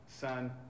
Son